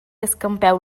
escampeu